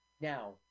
Now